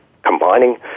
combining